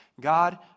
God